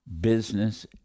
business